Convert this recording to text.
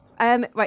Right